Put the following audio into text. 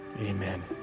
amen